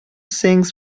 things